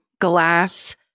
glass